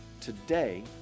Today